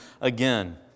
again